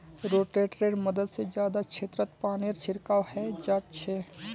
रोटेटरैर मदद से जादा क्षेत्रत पानीर छिड़काव हैंय जाच्छे